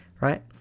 Right